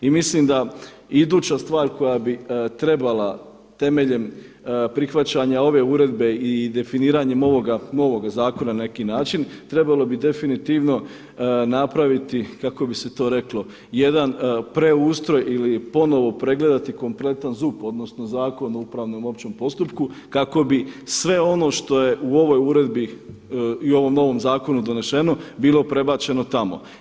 I mislim da iduća stvar koja bi trebala temeljem prihvaćanja ove uredbe i definiranjem ovoga novoga zakona na neki način, trebalo bi definitivno napraviti kako bi se to reklo jedan preustroj ili ponovo pregledati kompletan ZUP, odnosno Zakon o upravnom općem postupku kako bi sve ono što je u ovoj uredbi i ovom novom zakonu donešeno bilo prebačeno tamo.